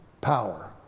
Power